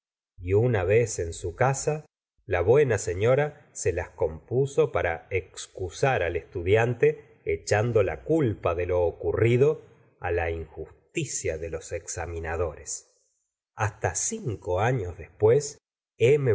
y una vez en su casa la buena señora se las compuso para excusar al estudiante echando la culpa de lo ocurrido la injusticia de los examinadores hasta cinco años después